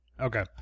Okay